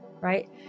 right